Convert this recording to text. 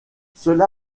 cela